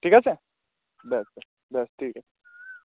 ঠিক আছে ব্যস ব্যস ব্যস ঠিক আছে